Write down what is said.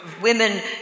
women